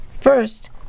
First